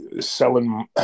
selling –